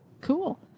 cool